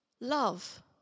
love